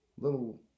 little